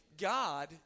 God